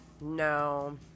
No